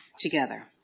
together